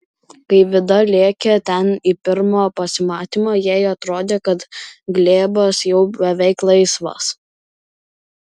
kai vida lėkė ten į pirmą pasimatymą jai atrodė kad glėbas jau beveik laisvas